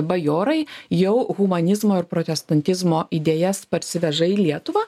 bajorai jau humanizmo ir protestantizmo idėjas parsiveža į lietuvą